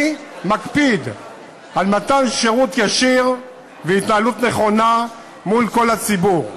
אני מקפיד על מתן שירות ישיר והתנהלות נכונה מול כל הציבור.